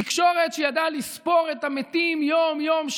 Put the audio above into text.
תקשורת שידעה לספור את המתים יום-יום,